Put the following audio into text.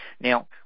Now